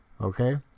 Okay